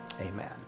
amen